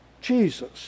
Jesus